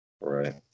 Right